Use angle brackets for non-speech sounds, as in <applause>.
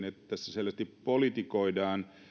<unintelligible> että tässä selvästi politikoidaan